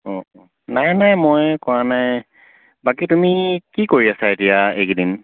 অঁ অঁ নাই নাই মই কৰা নাই বাকী তুমি কি কৰি আছা এতিয়া এইকেইদিন